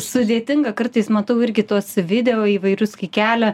sudėtinga kartais matau irgi tuos video įvairius kai kelią